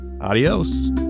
Adios